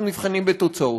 אנחנו נבחנים בתוצאות.